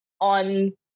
on